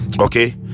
Okay